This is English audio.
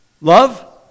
Love